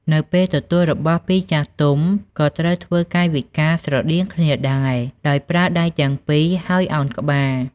នៅពេលទទួលរបស់ពីចាស់ទុំ ក៏ត្រូវធ្វើកាយវិការស្រដៀងគ្នាដែរ ដោយប្រើដៃទាំងពីរ ហើយឱនក្បាល។